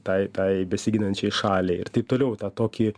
tai tai besiginančiai šaliai ir taip toliau tą tokį